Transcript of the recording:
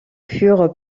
furent